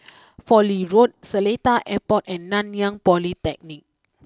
Fowlie Road Seletar Airport and Nanyang Polytechnic